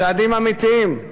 צעדים אמיתיים,